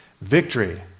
Victory